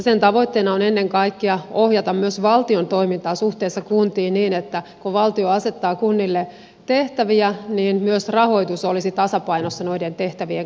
sen tavoitteena on ennen kaikkea ohjata myös valtion toimintaa suhteessa kuntiin niin että kun valtio asettaa kunnille tehtäviä niin myös rahoitus olisi tasapainossa noiden tehtä vien kanssa